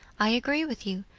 i agree with you,